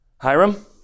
Hiram